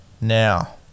Now